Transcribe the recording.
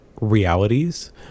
realities